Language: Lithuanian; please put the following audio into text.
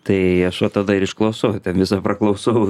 tai aš o tada ir išklausau ir ten visą praklausau